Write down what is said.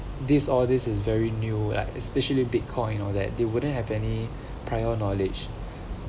this or this is very new like especially bitcoin all that they wouldn't have any prior knowledge